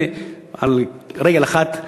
הנה על רגל אחת,